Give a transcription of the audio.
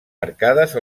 arcades